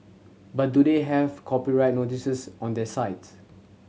but do they have copyright notices on their sites